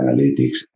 analytics